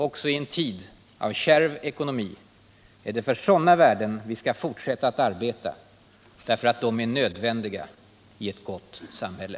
Också i en tid av kärv ekonomi är det för sådana värden vi skall fortsätta att arbeta, därför att de är nödvändiga i ett gott samhälle.